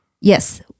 Yes